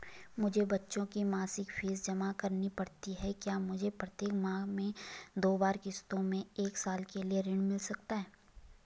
मुझे बच्चों की मासिक फीस जमा करनी पड़ती है क्या मुझे प्रत्येक माह में दो बार किश्तों में एक साल के लिए ऋण मिल सकता है?